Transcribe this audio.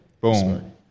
Boom